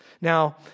Now